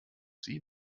sie